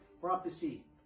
prophecy